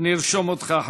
אני ארשום אותך,